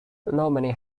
normally